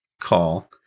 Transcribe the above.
call